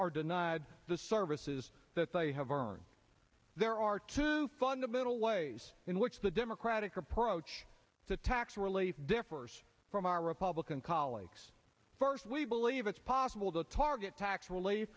are denied the services that they have earned there are two fundamental ways in which the democratic approach to tax relief differs from our republican colleagues first we believe it's possible to target tax relief